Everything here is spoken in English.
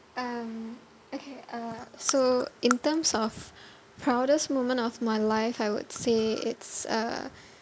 um okay uh so in terms of proudest moment of my life I would say it's uh